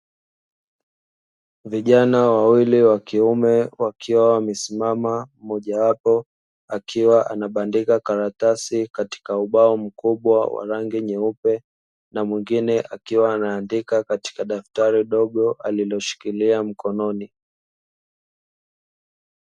Vijana wawili wa kiume wakiwa wamesimama, mmoja wapo akiwa anabandika karatasi katika ubao mkubwa wa rangi nyeupe na mwingine akiwa anaandika katika daftari dogo aliloshikilia mkononi.